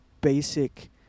basic